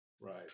Right